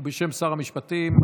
ובשם שר המשפטים,